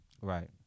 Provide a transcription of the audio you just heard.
right